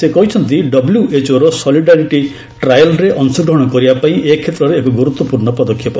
ସେ କହିଛନ୍ତି ଡବ୍ଲଏଚ୍ଓର ସଲିଡାଟରି ଟ୍ରାଏଲ୍ରେ ଅଶଗ୍ରହଣ କରିବା ପାଇଁ ନିଷ୍ପଭି ଏ କ୍ଷେତ୍ରରେ ଏକ ଗୁରୁତ୍ୱପୂର୍ଣ୍ଣ ପଦକ୍ଷେପ